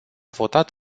votat